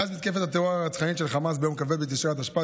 מאז מתקפת הטרור הרצחנית של חמאס ביום כ"ב בתשרי התשפ"ד,